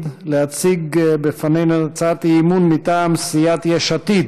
להציג בפנינו הצעת אי-אמון מטעם סיעת יש עתיד: